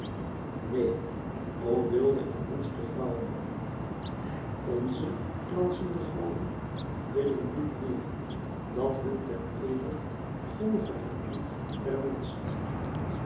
neen o wilde en woeste vrouwen nze glanzende goden willen niet meer dat hun ter eere golve het bloed der menschen